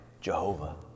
Jehovah